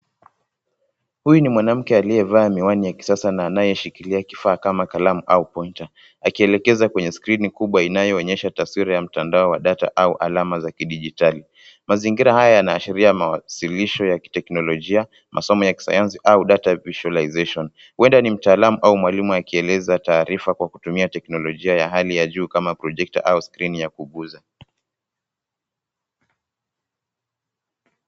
Huyu ni mwanamke aliyevaa miwani ya kisasa na anayeshikilia kifaa kama kalamu au pointer akielekeza kwenye skrini kubwa inayoonyesha taswira ya mtandao wa data au alama za kidijitali. Mazingira haya yanaashiria mawasilisho ya kiteknolojia, masomo ya kisayansi au data ya visualization . Huenda ni mtaalamu au mwalimu akieleza taarifa kwa kutumia teknolojia ya hali ya juu au predictor au skrini ya kugusa.